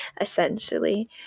essentially